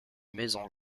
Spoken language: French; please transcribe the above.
maison